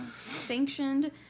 Sanctioned